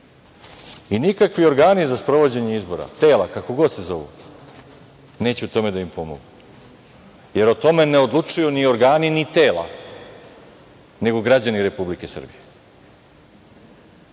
i nikakvi organi za sprovođenje izbora, tela, kako god se zovu, neće u tome da im pomognu, jer o tome ne odlučuju ni organi, ni tela, nego građani Republike Srbije,